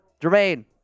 Jermaine